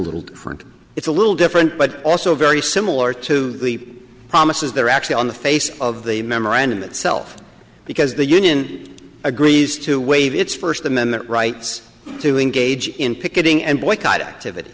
little different it's a little different but also very similar to the promises that are actually on the face of the memorandum itself because the union agrees to waive its first amendment rights to engage in picketing and boycott activity